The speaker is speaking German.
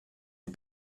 den